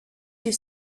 you